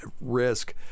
risk